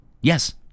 yes